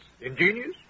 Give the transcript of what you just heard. Ingenious